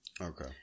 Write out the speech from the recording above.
Okay